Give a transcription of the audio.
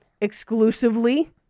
exclusively